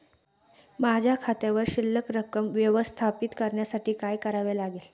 माझ्या खात्यावर शिल्लक रक्कम व्यवस्थापित करण्यासाठी काय करावे लागेल?